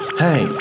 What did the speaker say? hey